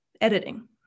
Editing